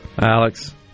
alex